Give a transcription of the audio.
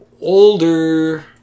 older